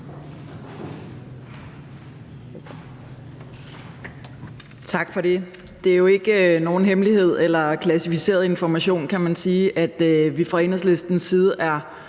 Tak for det. Det er jo ikke nogen hemmelighed eller klassificeret information, kan man sige, at vi fra Enhedslistens side er